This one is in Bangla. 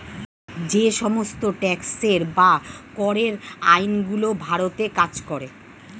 যে সমস্ত ট্যাক্সের বা করের আইন গুলো ভারতে কাজ করে